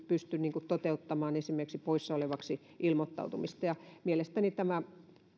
pysty toteuttamaan esimerkiksi poissa olevaksi ilmoittautumista mielestäni tämä